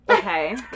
Okay